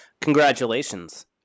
Congratulations